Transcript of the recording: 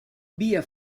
via